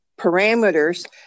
parameters